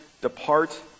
depart